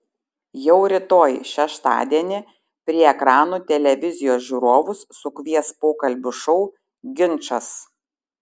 jau rytoj šeštadienį prie ekranų televizijos žiūrovus sukvies pokalbių šou ginčas